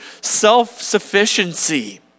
self-sufficiency